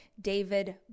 David